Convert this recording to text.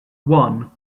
one